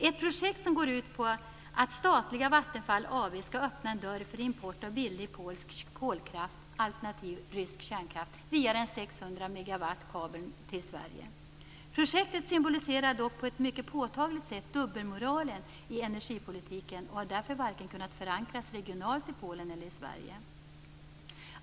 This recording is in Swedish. Ett projekt som går ut på att statliga Vattenfall AB ska öppna en dörr för import av billig, polsk kolkraft, alternativt rysk kärnkraft, via denna 600 mW-kabel till Sverige. Projektet symboliserar dock på ett mycket påtagligt sett dubbelmoralen i energipolitiken och har därför varken kunnat förankras regionalt i Polen eller i Sverige.